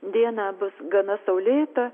diena bus gana saulėta